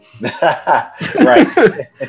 Right